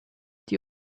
die